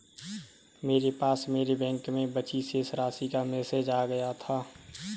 मेरे पास मेरे बैंक में बची शेष राशि का मेसेज आ गया था